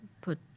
put